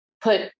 put